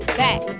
back